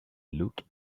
looked